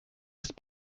ist